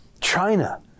China